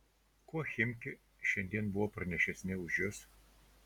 kuo chimki šiandien buvo pranašesni už jus